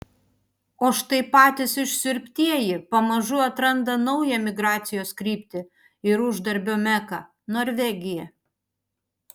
o štai patys išsiurbtieji pamažu atranda naują migracijos kryptį ir uždarbio meką norvegiją